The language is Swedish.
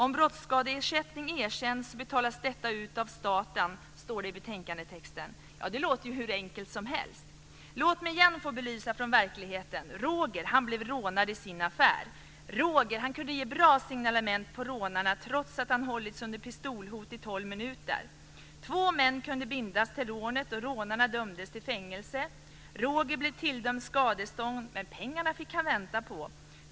Om brottsskadeersättning tilldöms betalas den ut av staten, heter det i betänkandetexten. Det låter ju hur enkelt som helst. Låt mig igen få belysa detta med ett fall från verkligheten. Roger blev rånad i sin affär. Han kunde ge bra signalement på rånarna trots att han hade hållits under pistolhot i tolv minuter. Två män kunde bindas till rånet, och rånarna dömdes till fängelse. Roger blev tilldömd skadestånd, men pengarna fick han vänta på.